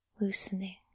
loosening